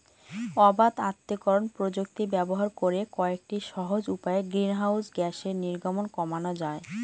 অবাত আত্তীকরন প্রযুক্তি ব্যবহার করে কয়েকটি সহজ উপায়ে গ্রিনহাউস গ্যাসের নির্গমন কমানো যায়